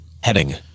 Heading